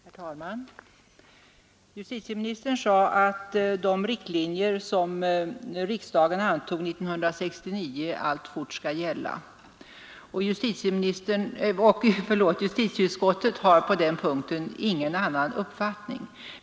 Herr talman! Justitieministern sade att de riktlinjer som riksdagen antog 1969 alltfort skall gälla. Justitieutskottet har på den punkten ingen annan uppfattning.